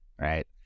Right